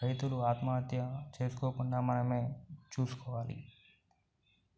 రైతులు ఆత్మహత్య చేసుకోకుండా మనమే చూసుకోవాలి